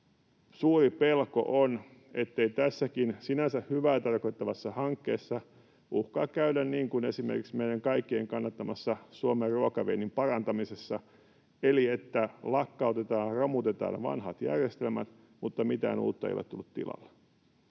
Suuri pelko on, ettei tässäkin sinänsä hyvää tarkoittavassa hankkeessa uhkaa käydä niin kuin esimerkiksi meidän kaikkien kannattamassa Suomen ruokaviennin parantamisessa, eli että lakkautetaan ja romutetaan vanhat järjestelmät, mutta mitään uutta ei ole tullut tilalle.